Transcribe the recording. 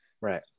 right